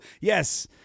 Yes